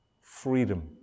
freedom